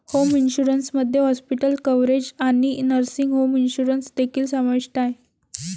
home insurance मध्ये hospital coverage आणि nursing home insurance देखील समाविष्ट आहे